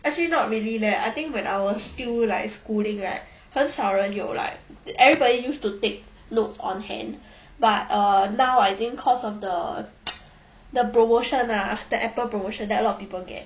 actually not really leh I think when I was still like schooling right 很少人有 like everybody used to take note on hand but uh now I think cause of the the promotion ah the apple promotion then a lot of people get